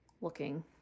looking